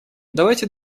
давайте